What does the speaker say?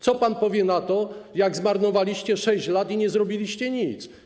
Co pan powie na to, że zmarnowaliście 6 lat i nie zrobiliście nic?